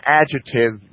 adjective